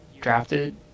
drafted